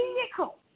vehicle